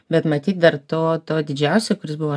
bet matyt dar to to didžiausio kuris buvo